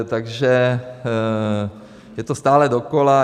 Takže je to stále dokola.